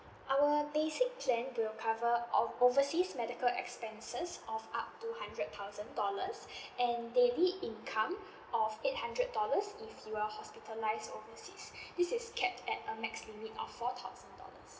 our basic plan will cover ov~ overseas medical expenses of up two hundred thousand dollars and daily income of eight hundred dollars if you are hospitalise overseas this is cap at a max limit of four thousand dollars